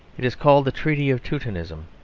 it is called the treaty of teutonism.